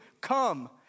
come